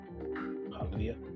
Hallelujah